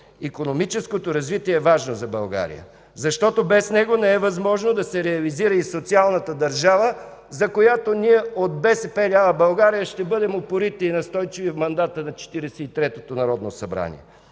икономическото развитие е важно за България, защото без него не е възможно да се реализира и социалната държава, за която ние от „БСП лява България” ще бъдем упорити и настойчиви в мандата на 43-тото народно събрание.